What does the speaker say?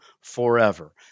forever